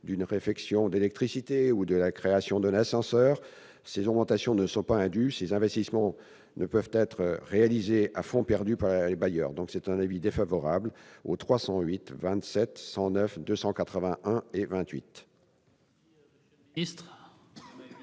d'une réfection d'électricité ou de la création d'un ascenseur. Ces augmentations ne sont pas indues. Ces investissements ne peuvent être réalisés à fonds perdu par les bailleurs. Quel est l'avis du Gouvernement ? Même avis.